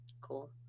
Cool